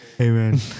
Amen